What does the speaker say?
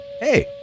hey